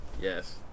yes